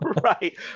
Right